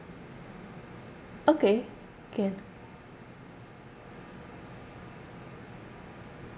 okay can